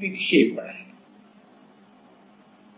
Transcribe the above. विक्षेपण है